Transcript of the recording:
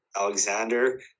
Alexander